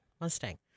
Mustang